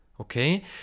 okay